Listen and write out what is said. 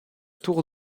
tour